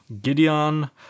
Gideon